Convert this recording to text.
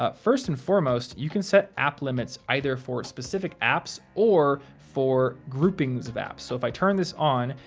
ah first and foremost, you can set app limits either for specific apps or for groupings of apps. so if i turn this on,